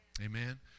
Amen